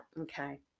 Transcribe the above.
okay